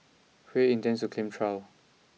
Hui intends to claim trial